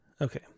Okay